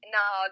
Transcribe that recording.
now